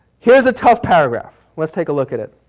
here's a tough paragraph. let's take a look at it.